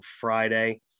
Friday